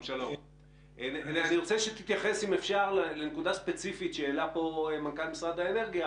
אני רוצה שתתייחס לנקודה ספציפית שהעלה מנכ"ל משרד האנרגיה